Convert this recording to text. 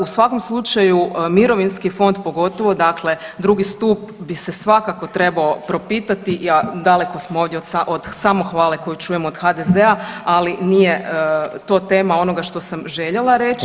U svakom slučaju mirovinski fond pogotovo, dakle drugi stup bi se svakako trebao propitati, daleko smo ovdje od samohvale koju čujemo od HDZ-a ali nije to tema onoga što sam željela reći.